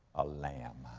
a lamb,